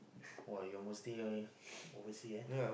oh you're mostly overseas eh